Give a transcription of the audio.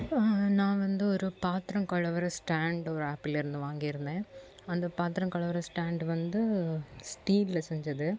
நான் வந்து ஒரு பாத்திரம் கழுவுற ஸ்டாண்ட் ஒரு ஆப்புலேருந்து வாங்கியிருந்தேன் அந்த பாத்திரம் கழுவுற ஸ்டாண்டு வந்து ஸ்டீல்ல செஞ்சது